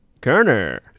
Kerner